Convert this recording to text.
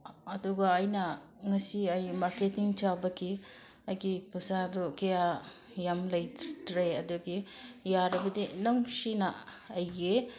ꯑꯗꯨꯒ ꯑꯩꯅ ꯉꯁꯤ ꯑꯩ ꯃꯥꯔꯀꯦꯇꯤꯡ ꯆꯠꯄꯒꯤ ꯑꯩꯒꯤ ꯄꯩꯁꯥꯗꯨ ꯀꯌꯥ ꯌꯥꯝ ꯂꯩꯇ꯭ꯔꯦ ꯑꯗꯨꯒꯤ ꯌꯥꯔꯕꯗꯤ ꯅꯪꯁꯤꯅ ꯑꯩꯒꯤ